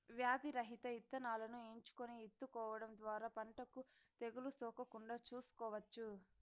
వ్యాధి రహిత ఇత్తనాలను ఎంచుకొని ఇత్తుకోవడం ద్వారా పంటకు తెగులు సోకకుండా చూసుకోవచ్చు